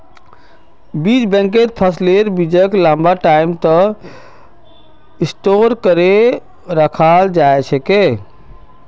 बीज बैंकत फसलेर बीजक लंबा टाइम तक स्टोर करे रखाल जा छेक